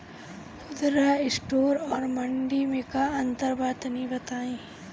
खुदरा स्टोर और मंडी में का अंतर बा तनी बताई?